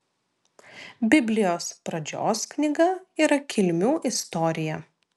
biblijos pradžios knyga yra kilmių istorija